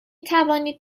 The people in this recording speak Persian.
توانید